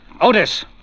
Otis